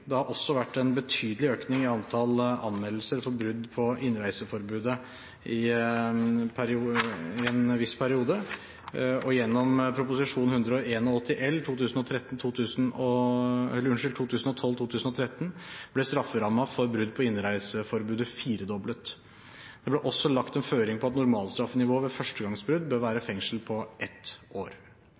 Det har også vært en betydelig økning i antallet anmeldelser for brudd på innreiseforbudet i en viss periode, og gjennom Prop. 181 L for 2012–2013 ble strafferammen for brudd på innreiseforbudet firedoblet. Det ble også lagt en føring på at normalstraffenivået ved førstegangsbrudd bør være fengsel i ett år.